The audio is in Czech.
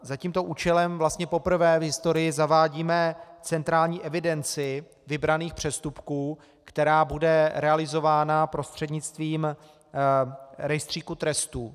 Za tímto účelem vlastně poprvé v historii zavádíme centrální evidenci vybraných přestupků, která bude realizována prostřednictvím rejstříku trestů.